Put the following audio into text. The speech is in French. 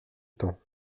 temps